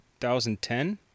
2010